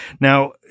Now